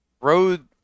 road